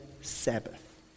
Sabbath